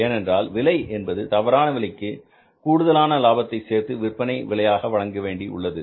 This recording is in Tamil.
ஏனென்றால் விலை என்பது தவறான விலைக்கு கூடுதலாக லாபத்தை சேர்த்து விற்பனை விலையாகவழங்க வேண்டியுள்ளது